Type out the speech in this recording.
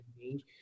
change